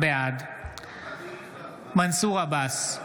בעד מנסור עבאס,